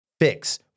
fix